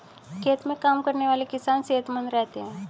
खेत में काम करने वाले किसान सेहतमंद रहते हैं